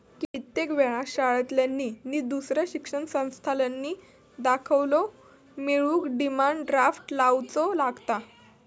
कित्येक वेळा शाळांतल्यानी नि दुसऱ्या शिक्षण संस्थांतल्यानी दाखलो मिळवूक डिमांड ड्राफ्ट लावुचो लागता